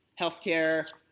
healthcare